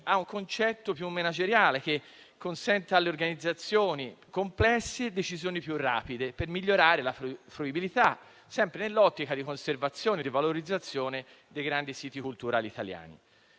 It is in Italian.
a un concetto più manageriale, che consenta alle organizzazioni complesse decisioni più rapide per migliorare la fruibilità, sempre nell'ottica di conservazione e di valorizzazione dei grandi siti culturali italiani,